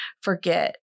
forget